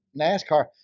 NASCAR